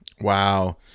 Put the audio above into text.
Wow